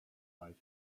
right